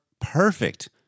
perfect